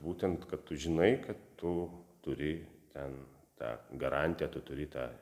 būtent kad tu žinai kad tu turi ten tą garantiją tu turi tą